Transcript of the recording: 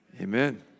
Amen